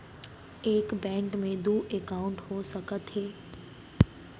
एक बैंक में दू एकाउंट हो सकत हे?